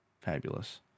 fabulous